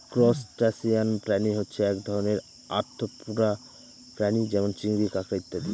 crustacean প্রাণী হচ্ছে এক ধরনের আর্থ্রোপোডা প্রাণী যেমন চিংড়ি, কাঁকড়া ইত্যাদি